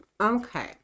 Okay